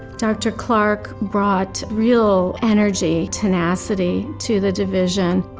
dr. clark brought real energy tenacity to the division,